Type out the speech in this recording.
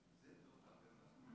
זה הדוח שיש